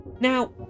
Now